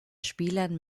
spielern